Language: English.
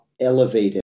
elevated